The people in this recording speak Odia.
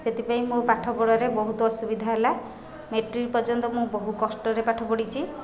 ସେଥିପାଇଁ ମୋ ପାଠ ପଢ଼ାରେ ବହୁତ ଅସୁବିଧା ହେଲା ମାଟ୍ରିକ ପର୍ଯ୍ୟନ୍ତ ମୁଁ ବହୁ କଷ୍ଟରେ ପାଠ ପଢ଼ିଛି